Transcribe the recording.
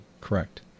Correct